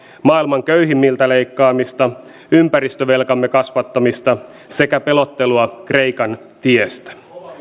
maailman köyhimmiltä leikkaamista ympäristövelkamme kasvattamista sekä pelottelua kreikan tiestä